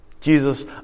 Jesus